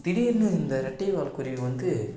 திடீர்னு இந்த ரெட்டைவால் குருவி வந்து